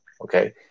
okay